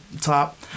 top